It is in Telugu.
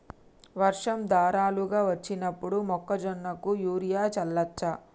వర్షం ధారలుగా వచ్చినప్పుడు మొక్కజొన్న కు యూరియా చల్లచ్చా?